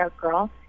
girl